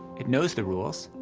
it knows the rules,